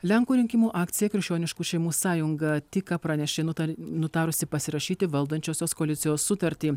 lenkų rinkimų akcija krikščioniškų šeimų sąjunga tik ką pranešė nutar nutarusi pasirašyti valdančiosios koalicijos sutartį